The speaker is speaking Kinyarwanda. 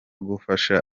gufasha